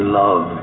love